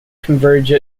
converge